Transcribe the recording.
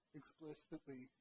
explicitly